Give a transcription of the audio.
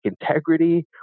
integrity